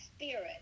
spirit